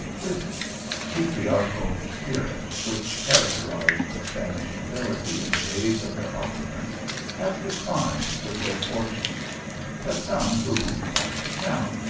this patriarchal spirit which characterized the spanish nobility in the days of their opulence has declined with their fortunes but some who, like the count,